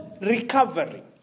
recovery